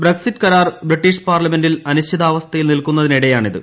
Brexit കരാർ British പാർലമെന്റിൽ അനിശ്ചിതാവസ്ഥയിൽ നിൽക്കുന്നതിനിടെയാണിത്